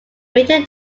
major